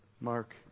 mark